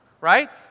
right